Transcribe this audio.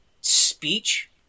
speech